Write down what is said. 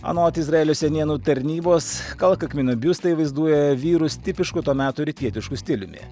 anot izraelio senienų tarnybos kalkakmenio biustai vaizduoja vyrus tipišku to meto rytietišku stiliumi